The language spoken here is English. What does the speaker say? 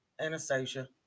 anastasia